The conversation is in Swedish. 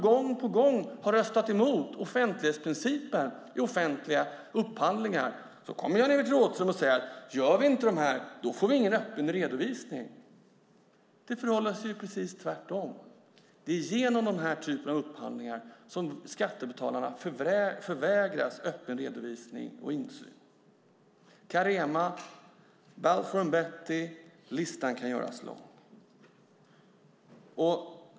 Gång på gång har de röstat emot offentlighetsprincipen i offentliga upphandlingar. Så kommer Jan-Evert Rådhström och säger: Gör vi inte det här får vi ingen öppen redovisning! Det förhåller sig precis tvärtom. Det är genom den här typen av upphandlingar som skattebetalarna förvägras öppen redovisning och insyn: Carema, Balfour Beatty - listan kan göras lång.